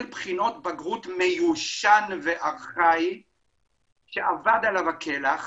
בחינות בגרות מיושן וארכאי שאבד עליו הקלח,